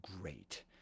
great